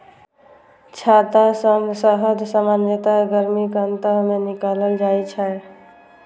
छत्ता सं शहद सामान्यतः गर्मीक अंत मे निकालल जाइ छै